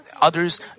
others